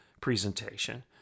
presentation